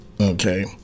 Okay